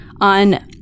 on